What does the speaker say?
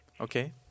Okay